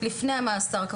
לפני המאסר,